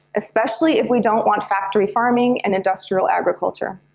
especially if we don't want factory farming and industrial agriculture.